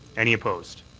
any opposed?